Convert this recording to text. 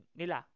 nila